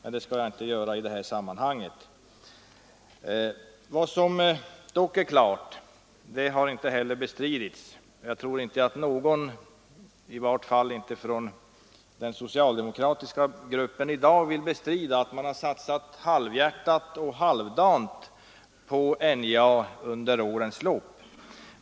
Å andra sidan tror jag inte att många, i varje fall inte från den socialdemokratiska gruppen, i dag vill bestrida att man har satsat halvhjärtat och halvdant på NJA under årens lopp.